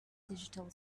digital